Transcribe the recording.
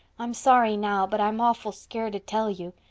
i'm sorry now but i'm awful scared to tell you.